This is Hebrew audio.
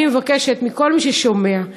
אני מבקשת מכל מי ששומע: